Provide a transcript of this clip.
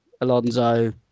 Alonso